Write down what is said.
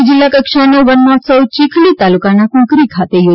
નવસારી જીલ્લા કક્ષાનો વન મહોત્સવ ચીખલી તાલુકાના કુંકેરી ખાતે યોજાયો હતો